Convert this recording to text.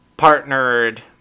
partnered